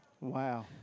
Wow